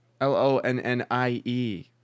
L-O-N-N-I-E